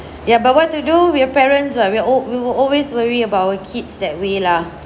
ya but what to do we are parents [what] we're all we will always worry about the kids that way lah